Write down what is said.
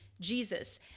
Jesus